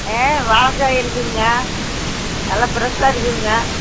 ஆ வாழக்காய் இருக்குதுங்க நல்லா ஃப்ரெஷாக இருக்குதுங்க